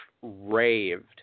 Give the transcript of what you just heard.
raved